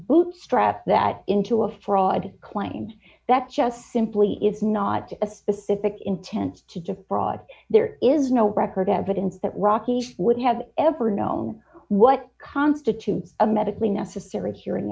bootstrap that into a fraud claims that just simply is not a specific intent to just brought there is no record evidence that rocky few would have ever know what constitutes a medically necessary hearing